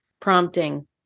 prompting